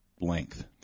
length